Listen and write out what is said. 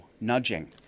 nudging